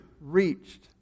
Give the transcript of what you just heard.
reached